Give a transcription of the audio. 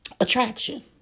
attraction